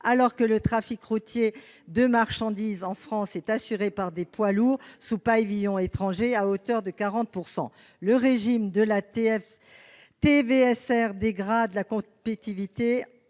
alors que le trafic routier de marchandises en France est assuré par des poids lourds sous pavillon étranger à hauteur de 40 %. Le régime de la TSVR dégrade la compétitivité